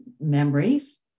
memories